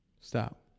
Stop